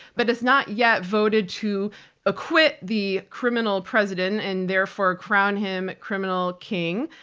but it's not yet voted to acquit the criminal president and therefore crown him criminal king.